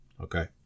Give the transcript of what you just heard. Okay